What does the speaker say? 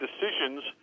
decisions